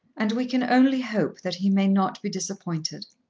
and we can only hope that he may not be disappointed.